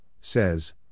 says